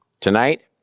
Tonight